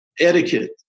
etiquette